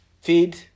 Feed